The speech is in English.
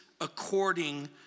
according